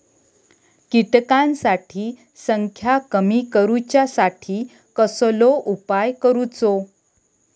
किटकांची संख्या कमी करुच्यासाठी कसलो उपाय करूचो?